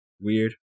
Weird